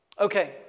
Okay